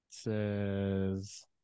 says